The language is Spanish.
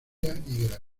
granizo